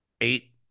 eight